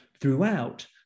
Throughout